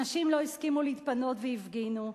אנשים לא הסכימו להתפנות והפגינו,